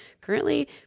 Currently